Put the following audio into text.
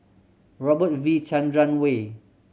Robert V Chandran Way